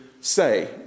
say